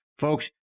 Folks